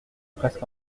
presque